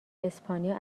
اسپانیا